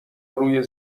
روی